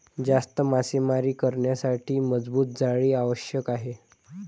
जास्त मासेमारी करण्यासाठी मजबूत जाळी आवश्यक आहे